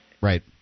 Right